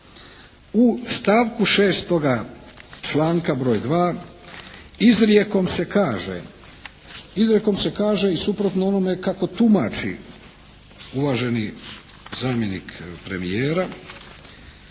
U stavku 6. članka 2. izrijekom se kaže i suprotno onome kako tumači uvaženi zamjenik premijera,